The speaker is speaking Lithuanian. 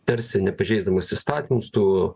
tarsi nepažeisdamas įstatymus tu